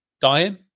dying